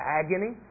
agony